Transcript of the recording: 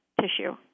tissue